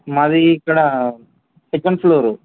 మాది ఇక్కడ second floor